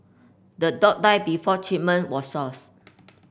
the dog died before treatment was sought